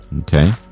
Okay